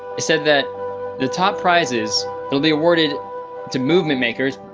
he said that the top prizes will be awarded to movement makers,